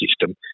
system